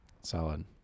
Solid